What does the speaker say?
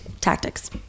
Tactics